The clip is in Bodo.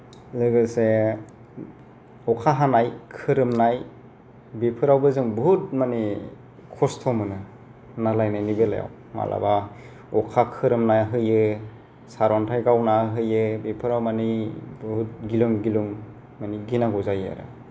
लोगोसे अखा हानाय खोरोमनाय बेफोरावबो जों बुहुद माने खस्थ' मोनो ना लायनायनि बेलायाव माब्लाबा अखा खोरोमना होयो सारन्थाय गावना होयो बेफोराव माने बुहुद गिलुं गिलुं माने गिनांगौ जायो आरो